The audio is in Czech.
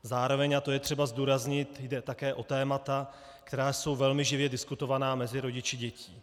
Zároveň, a to je třeba zdůraznit, jde také o témata, která jsou velmi živě diskutována mezi rodiči dětí.